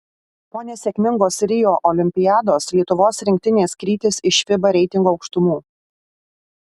po nesėkmingos rio olimpiados lietuvos rinktinės krytis iš fiba reitingo aukštumų